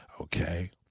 okay